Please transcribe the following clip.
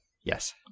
Yes